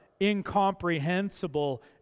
incomprehensible